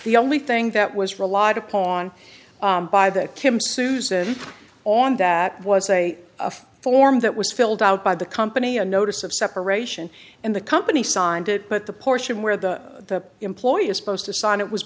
the only thing that was relied upon by the kim susan on that was a form that was filled out by the company a notice of separation in the company signed it but the portion where the employee is supposed to sign it was